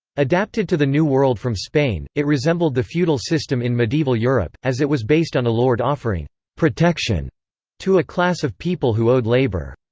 adapted to the new world from spain, it resembled the feudal system in medieval europe, as it was based on a lord offering protection to a class of people who owed labor.